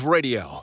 Radio